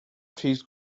trees